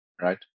right